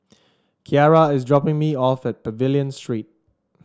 Keara is dropping me off at Pavilion Street